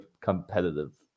competitive